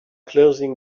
closing